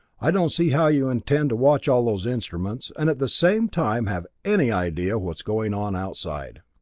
i don't see how you intend to watch all those instruments, and at the same time have any idea what's going on outside.